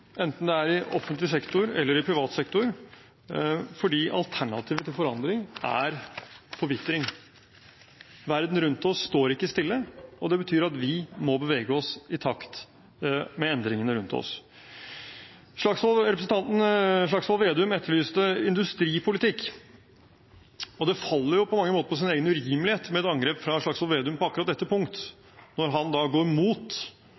enten det er i offentlig sektor eller i privat sektor, fordi alternativet til forandring er forvitring. Verden rundt oss står ikke stille, og det betyr at vi må bevege oss i takt med endringene rundt oss. Representanten Slagsvold Vedum etterlyste industripolitikk. Det faller på mange måter på sin egen urimelighet med et angrep fra Slagsvold Vedum på akkurat dette punktet når han går